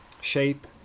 shape